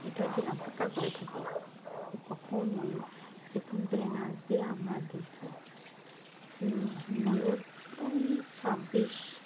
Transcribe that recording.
এটার জন্য অপেক্ষা করে থাকি কখন ময়ূর পেখম তুলে নাচবে আমরা দেখব ময়ূর ওই ছাব্বিশ